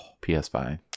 PS5